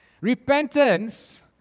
Repentance